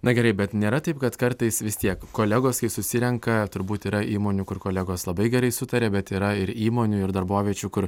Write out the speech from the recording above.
na gerai bet nėra taip kad kartais vis tiek kolegos kai susirenka turbūt yra įmonių kur kolegos labai gerai sutaria bet yra ir įmonių ir darboviečių kur